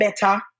better